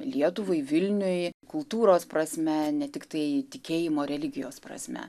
lietuvai vilniui kultūros prasme ne tiktai tikėjimo religijos prasme